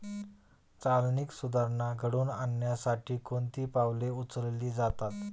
चालनीक सुधारणा घडवून आणण्यासाठी कोणती पावले उचलली जातात?